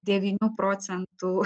devynių procentų